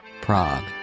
Prague